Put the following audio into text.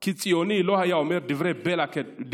כי ציוני לא היה אומר דברי בלע כאלה.